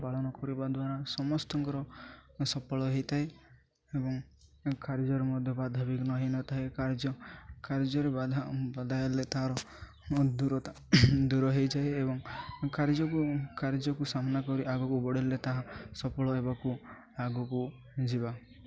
ପାଳନ କରିବା ଦ୍ୱାରା ସମସ୍ତଙ୍କର ସଫଳ ହେଇଥାଏ ଏବଂ କାର୍ଯ୍ୟରେ ମଧ୍ୟ ବାଧାବିଘ୍ନ ହେଇନଥାଏ କାର୍ଯ୍ୟ କାର୍ଯ୍ୟରେ ବାଧା ବାଧା ହେଲେ ତା'ର ଦୂରତା ଦୂର ହେଇଯାଏ ଏବଂ କାର୍ଯ୍ୟକୁ କାର୍ଯ୍ୟକୁ ସାମ୍ନା କରି ଆଗୁକୁ ବଢ଼ାଇଲେ ତାହା ସଫଳ ହେବାକୁ ଆଗୁକୁ ଯିବା